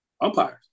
Umpires